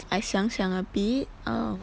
I 想想 a bit err